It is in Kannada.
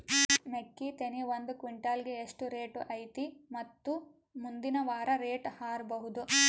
ಮೆಕ್ಕಿ ತೆನಿ ಒಂದು ಕ್ವಿಂಟಾಲ್ ಗೆ ಎಷ್ಟು ರೇಟು ಐತಿ ಮತ್ತು ಮುಂದಿನ ವಾರ ರೇಟ್ ಹಾರಬಹುದ?